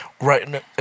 right